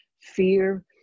fear